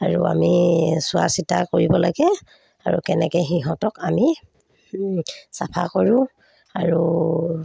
আৰু আমি চোৱা চিতা কৰিব লাগে আৰু কেনেকৈ সিহঁতক আমি চাফা কৰোঁ আৰু